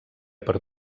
per